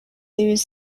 loews